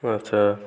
ଆଚ୍ଛା